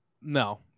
no